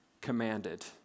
commanded